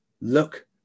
look